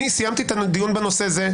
סיימתי את הדיון בנושא הזה.